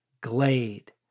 glade